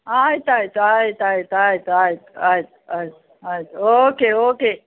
ಆಯ್ತು ಆಯ್ತು ಆಯ್ತು ಆಯ್ತು ಆಯ್ತು ಆಯ್ತು ಆಯ್ತು ಆಯ್ತು ಆಯ್ತು ಓಕೆ ಓಕೆ